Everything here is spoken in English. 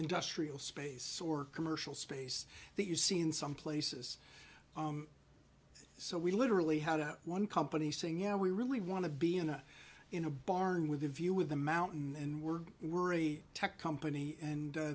industrial space or commercial space that you see in some places so we literally had one company saying yeah we really want to be in a in a barn with a view of the mountain and we're we're a tech company and